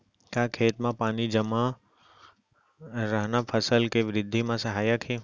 का खेत म पानी जमे रहना फसल के वृद्धि म सहायक हे?